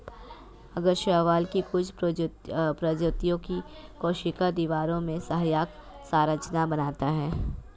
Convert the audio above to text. आगर शैवाल की कुछ प्रजातियों की कोशिका दीवारों में सहायक संरचना बनाता है